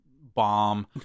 bomb